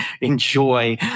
enjoy